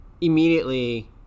immediately